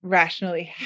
rationally